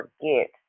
forget